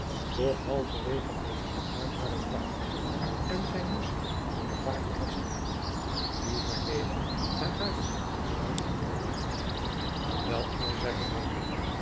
doch halverwege verlieten haar hare krachten en zij moest zich aan de baker vasthouden die haar weder naar hare zitplaats terugvoerde wel engel zeide baker